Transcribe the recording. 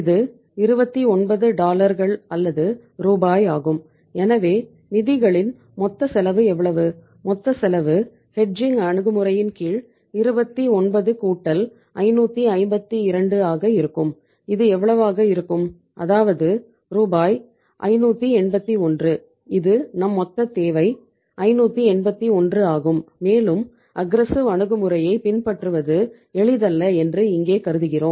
இது 29 டாலர்கள் அணுகுமுறையைப் பின்பற்றுவது எளிதல்ல என்று இங்கே கருதுகிறோம்